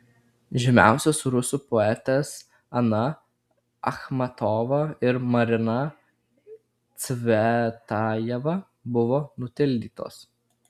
žymiausios rusų poetės ana achmatova ir marina cvetajeva buvo nutildytos